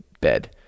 bed